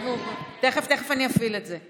תכף אני אפעיל את זה.